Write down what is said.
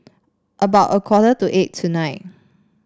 about a quarter to eight tonight